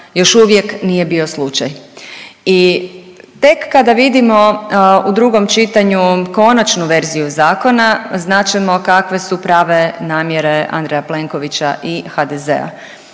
još uvijek nije bio slučaj. I tek kada vidimo u drugom čitanju konačnu verziju zakona, znat ćemo kakve su prave namjere Andreja Plenkovića i HDZ-a.